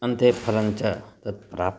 अन्ते फलञ्च तत् प्राप्तं